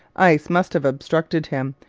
ice must have obstructed him,